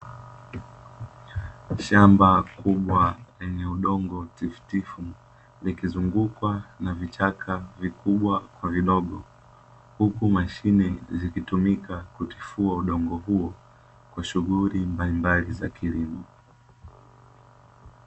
Shamba kubwa lenye udongo tifutifu likizungukwa na vichaka vikubwa kwa vidogo, huku mashine zikitumika kutifua udongo huo kwa shughuli mbalimbali za kilimo.